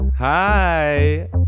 Hi